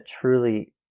truly